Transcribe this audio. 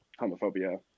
homophobia